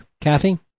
Kathy